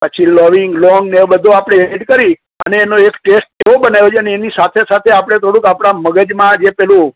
પછી લવિંગ લોંગ અને એ બધું આપણે એડ કરી અને એનો એક ટેસ્ટ એવો બનાવ્યો અને એની સાથે સાથે આપણે થોડુંક આપડા મગજમાં જે પેલું